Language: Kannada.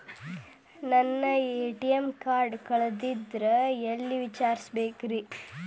ನನ್ನ ಎ.ಟಿ.ಎಂ ಕಾರ್ಡು ಕಳದದ್ರಿ ಎಲ್ಲಿ ವಿಚಾರಿಸ್ಬೇಕ್ರಿ?